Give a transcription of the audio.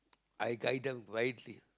I guide them wisely